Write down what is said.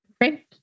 Great